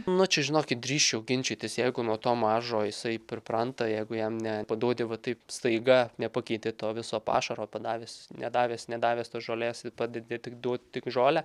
na čia žinokit drįsčiau ginčytis jeigu nuo to mažo jisai pripranta jeigu jam nepaduodi va taip staiga nepakeiti to viso pašaro padavęs nedavęs nedavęs tos žolės ir padedi tik duot tik žolę